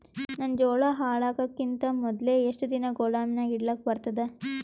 ನನ್ನ ಜೋಳಾ ಹಾಳಾಗದಕ್ಕಿಂತ ಮೊದಲೇ ಎಷ್ಟು ದಿನ ಗೊದಾಮನ್ಯಾಗ ಇಡಲಕ ಬರ್ತಾದ?